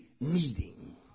meeting